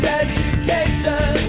education